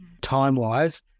time-wise